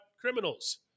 criminals